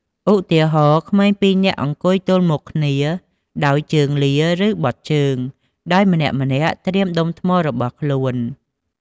ឧទាហរណ៍ ក្មេងពីរនាក់អង្គុយទល់មុខគ្នាដោយជើងលា ឬបត់ជើង ដោយម្នាក់ៗត្រៀមដុំថ្មរបស់ខ្លួន។